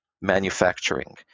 manufacturing